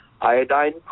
Iodine